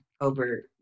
over